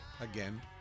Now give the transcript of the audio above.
again